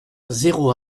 zéro